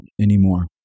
anymore